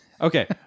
Okay